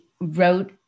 wrote